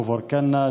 כפר כנא,